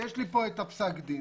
יש לי פה את פסק הדין.